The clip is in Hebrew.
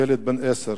ילד בן עשר